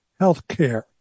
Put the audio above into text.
Healthcare